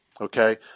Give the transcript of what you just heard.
Okay